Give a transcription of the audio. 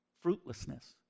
Fruitlessness